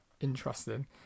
interesting